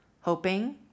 hoping